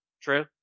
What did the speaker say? True